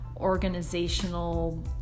organizational